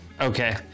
Okay